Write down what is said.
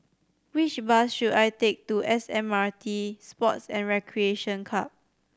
which bus should I take to S M R T Sports and Recreation Club